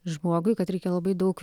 žmogui kad reikia labai daug